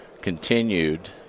continued